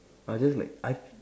I just like I